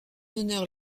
honneur